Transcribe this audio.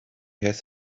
has